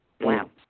Wow